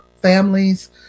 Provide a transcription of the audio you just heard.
families